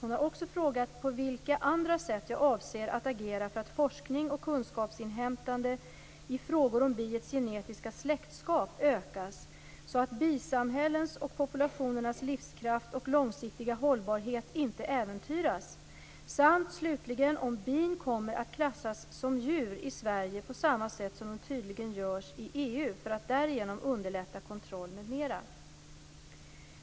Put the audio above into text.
Hon har också frågat på vilka andra sätt jag avser att agera för att forskning och kunskapsinhämtande i frågor om biets genetiska släktskap ökas så att bisamhällenas och populationernas livskraft och långsiktiga hållbarhet inte äventyras samt slutligen om bin kommer att klassas som djur i Sverige på samma sätt som tydligen görs i EU för att därigenom underlätta kontroll m.m.